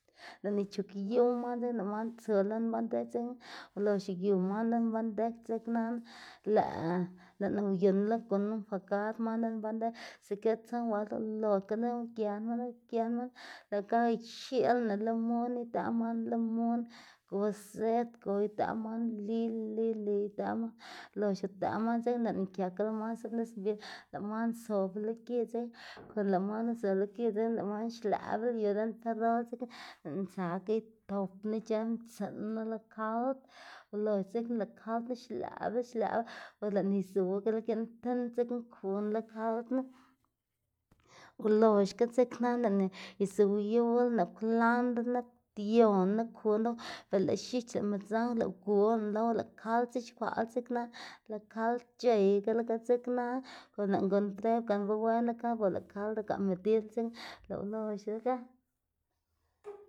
Lëꞌná ichugyuw man dzekna lëꞌ man tsu lën bandej dzekna ulox uyu man lën bandej dzeknana lëꞌ lëꞌná uyuꞌnnla guꞌnn enjuagar man lën bandej siker tson bueld loxga dzekna ugëná man ugëná man lëꞌ ga ixiꞌlaná limun idëꞌ man limun go zed go idëꞌ man li li li idëꞌ man lox udëꞌ man dzekna lëꞌná këkela man snup nis mbi lëꞌ man zob lo gi dzekna per lëꞌ man uzola gi dzekna lëꞌ man xlëꞌbla yu lën perol dzekna lëꞌná tsa itopná ic̲h̲ë mtsiꞌnu lo kald, oloxga dzekna lëꞌ kald knu xlëꞌbla xlëꞌbla bo lëꞌná izuwgela giꞌn tind dzekna kuna lo kaldnu, ulox ga dzekna lëꞌná izuwyuwlaná kwlandrná, ptiona, kuná lowa be lëꞌ x̱ich, lëꞌ midzang lëꞌ ugulaná lowa lëꞌ kald x̱ixkwaꞌla dzekna lëꞌ kald c̲h̲eygela dzeknana konda lëꞌná guꞌnn preb gan be wenla kald be lëꞌ kald ugaꞌ medidla dzekna lëꞌ uloxlaga.